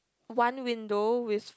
one window with